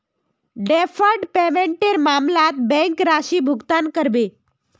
deferred पेमेंटेर मामलत bank राशि भुगतान करबे